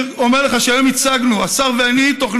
אני אומר לך שהיום הצגנו תוכנית,